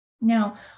Now